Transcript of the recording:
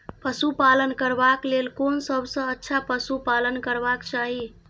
पशु पालन करबाक लेल कोन सबसँ अच्छा पशु पालन करबाक चाही?